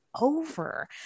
over